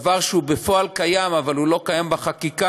דבר שקיים בפועל אבל לא קיים בחקיקה,